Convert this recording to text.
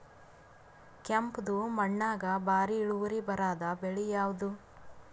ಕೆಂಪುದ ಮಣ್ಣಾಗ ಭಾರಿ ಇಳುವರಿ ಬರಾದ ಬೆಳಿ ಯಾವುದು?